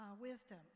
wisdom